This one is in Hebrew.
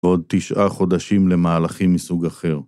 עוד תשעה חודשים למהלכים מסוג אחר.